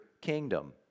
kingdom